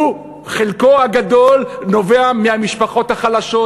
חלקו הגדול נובע מהמשפחות החלשות,